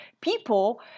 people